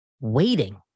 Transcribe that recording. waiting